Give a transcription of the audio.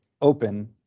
open